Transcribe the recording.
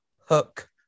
Hook